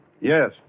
Yes